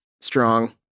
strong